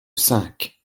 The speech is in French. cinq